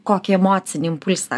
kokį emocinį impulsą